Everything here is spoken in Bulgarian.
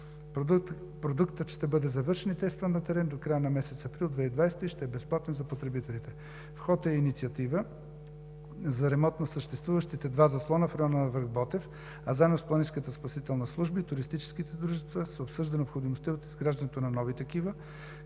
Продуктът ще бъде завършен и тестван на терен до края на месец април 2020 г. и ще е безплатен за потребителите. В ход е и инициатива за ремонт на съществуващите два заслона в района на връх „Ботев“, а заедно с Планинската спасителна служба и туристическите дружества се обсъжда необходимостта от изграждането на нови такива,